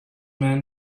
man